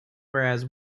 whereas